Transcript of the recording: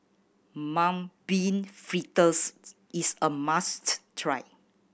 Mung Bean Fritters is a must try